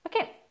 okay